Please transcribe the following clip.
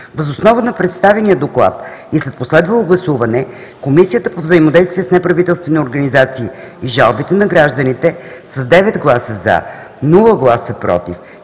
Въз основа на представения Доклад и след последвалото гласуване, Комисията по взаимодействие с неправителствените организации и жалбите на гражданите с 9 гласа – „за“, 0 гласа „против“